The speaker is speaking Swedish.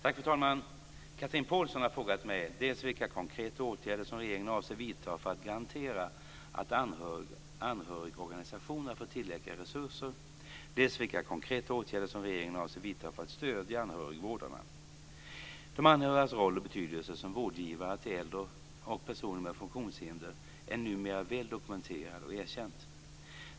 Fru talman! Chatrine Pålsson har frågat mig dels vilka konkreta åtgärder som regeringen avser att vidta för att garantera att anhörigorganisationerna får tillräckliga resurser, dels vilka konkreta åtgärder som regeringen avser att vidta för att stödja anhörigvårdarna. De anhörigas roll och betydelse som vårdgivare till äldre och personer med funktionshinder är numera väl dokumenterad och erkänd.